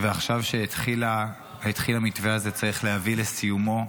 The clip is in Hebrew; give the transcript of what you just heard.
ועכשיו שהתחיל המתווה הזה צריך להביא לסיומו,